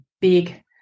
big